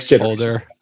Older